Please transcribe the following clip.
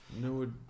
No